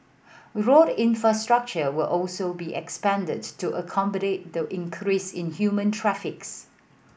road infrastructure will also be expanded to accommodate the increase in human traffics